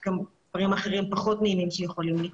יש גם דברים אחרים פחות נעימים שיכולים לקרות.